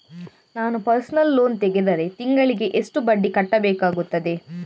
ನಾನು personal loan ತೆಗೆದರೆ ತಿಂಗಳಿಗೆ ಎಷ್ಟು ಬಡ್ಡಿ ಕಟ್ಟಬೇಕಾಗುತ್ತದೆ?